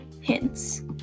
hints